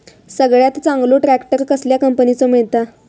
सगळ्यात चांगलो ट्रॅक्टर कसल्या कंपनीचो मिळता?